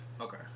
Okay